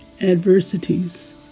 adversities